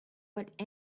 what